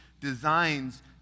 designs